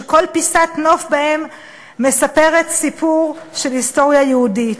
שכל פיסת נוף בהם מספרת סיפור של היסטוריה יהודית,